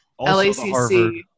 LACC